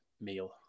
meal